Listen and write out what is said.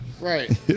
Right